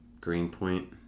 Greenpoint